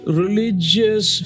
religious